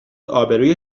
آبروی